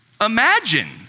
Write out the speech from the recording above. Imagine